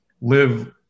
live